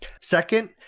second